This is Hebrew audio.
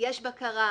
יש בקרה,